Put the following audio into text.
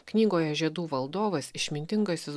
knygoje žiedų valdovas išmintingasis